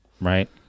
Right